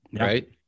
right